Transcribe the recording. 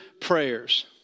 prayers